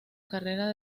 carrera